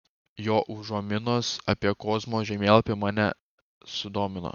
jo užuominos apie kozmo žemėlapį mane sudomino